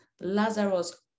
Lazarus